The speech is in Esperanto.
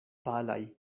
palaj